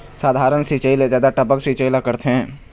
साधारण सिचायी ले जादा टपक सिचायी ला करथे